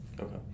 Okay